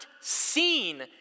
seen